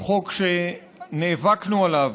הוא חוק שנאבקנו עליו.